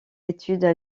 études